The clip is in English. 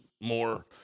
more